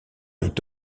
est